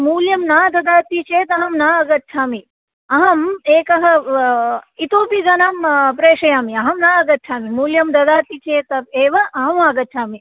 मूल्यं न ददाति चेत् अहं न आगच्छामि अहम् एकः इतोपि जनं प्रेषयामि अहं न आगच्छामि मूल्यं ददाति चेत् एव अहमागच्छामि